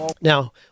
Now